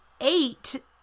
eight